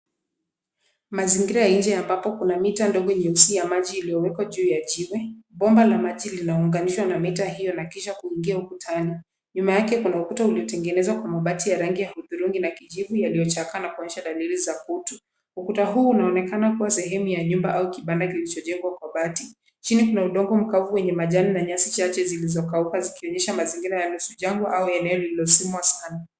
Mazingira ya nje ambapo kuna mita ndogo nyeusi ya maji iliyowekwa juu ya jiwe. Bomba la maji linaunganishwa na mita hiyo na kisha kuingia ukutani. Nyuma yake kuna ukuta uliotengenezwa kwa mabati ya rangi ya hudhurungi na kijivu yaliyochakaa na kuonyesha dalili za kutu. Ukuta huu unaonekana kuwa sehemu ya nyumba au kibanda kilichojengwa kwa bati. Chini kuna udongo mkavu wenye majani na nyasi chache zilizokauka zikionyesha mazingira ya nusu jangwa au eneo lililozimwa sana.